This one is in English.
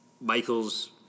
Michael's